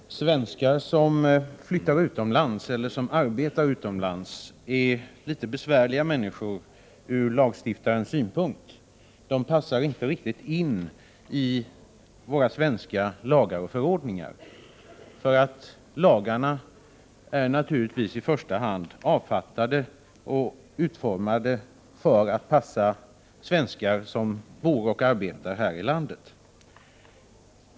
Herr talman! Svenskar som flyttar utomlands eller som arbetar utomlands är litet besvärliga människor från lagstiftarens synpunkt. De passar inte riktigt in i våra svenska lagar och förordningar. Lagarna är naturligtvis i första hand avfattade och utformade för att passa svenskar som bor och arbetar här i landet.